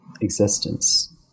existence